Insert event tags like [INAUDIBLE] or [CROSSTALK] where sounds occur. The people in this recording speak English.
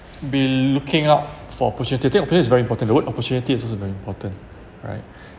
be looking out for opportunity take a place is very important the word opportunity is also very important alright [BREATH]